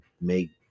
make